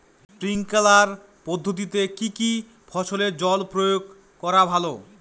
Sprinkler পদ্ধতিতে কি কী ফসলে জল প্রয়োগ করা ভালো?